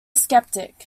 skeptic